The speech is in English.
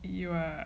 you are